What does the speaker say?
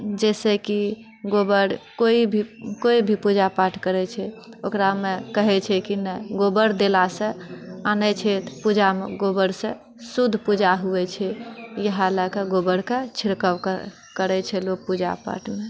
जैसे कि गोबर केओ भी कोनो भी पूजा पाठ करै छै ओकरामे कहै छै कि नहि गोबर देलासँ अनय छै पूजामे गोबरसँ शुद्ध पूजा होइ छै इएह लए कऽ गोबरके छिड़काव करै छै लोक पूजा पाठमे